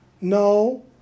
No